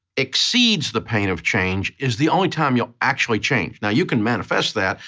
exceeds the pain of change, is the only time you'll actually change. now you can manifest that.